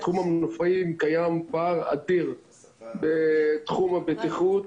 בתחום המנופאים קיים פער אדיר בתחום הבטיחות,